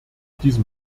diesem